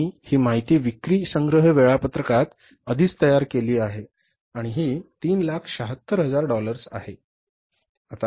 आम्ही ही माहिती विक्री संग्रह वेळापत्रकात आधीच तयार केली आहे आणि ही 376000 डॉलर्स आहे बरोबर